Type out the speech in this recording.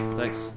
Thanks